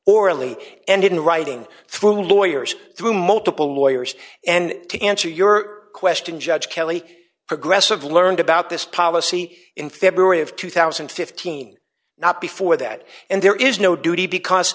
orally and in writing through lawyers through multiple lawyers and to answer your question judge kelly progressive learned about this policy in february of two thousand and fifteen not before that and there is no duty because